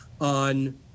on